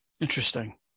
Interesting